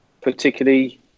particularly